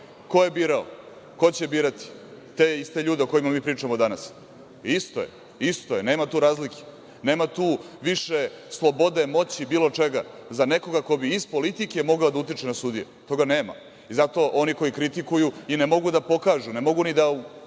Ko je birao? Ko će birati te iste ljude o kojima mi pričamo danas? Isto je, isto je. Nema tu razlike. Nema tu više slobode, moći, bilo čega za nekoga ko bi iz politike mogao da utiče na sudije. Toga nema i zato oni koji kritikuju i ne mogu da pokažu, ne mogu ni u